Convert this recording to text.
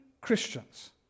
Christians